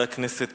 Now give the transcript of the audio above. חברי חברי הכנסת,